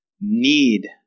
need